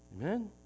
Amen